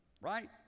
right